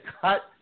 cut